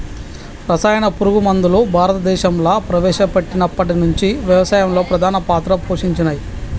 రసాయన పురుగు మందులు భారతదేశంలా ప్రవేశపెట్టినప్పటి నుంచి వ్యవసాయంలో ప్రధాన పాత్ర పోషించినయ్